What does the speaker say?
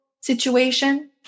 situation